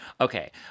Okay